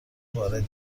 وارد